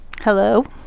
Hello